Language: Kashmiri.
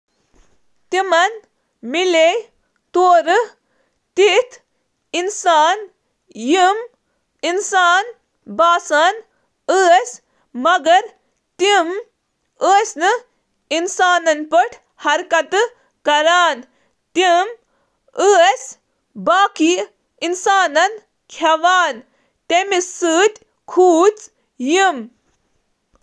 تم سمکھییہٕ انسانن سۭتۍ مگر تم ٲس مختلف تکیازِ انسانن ہنٛد پأنٹھ ٲس یمن ہنٛز سرگرمیہٕ تہٕ طرز عمل انسانو نش مختلف۔ تیم ٲس انسان کھیوان۔